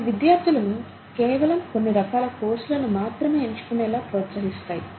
అవి విద్యార్థులను కేవలం కొన్ని రకాల కోర్సులు మాత్రమే ఎంచుకునేలా ప్రోత్సహిస్తాయి